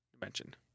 dimension